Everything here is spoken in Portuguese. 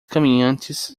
caminhantes